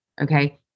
okay